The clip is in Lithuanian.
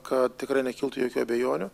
kad tikrai nekiltų jokių abejonių